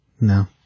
No